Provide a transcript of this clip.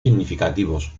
significativos